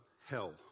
Hell